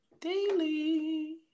Daily